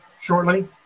shortly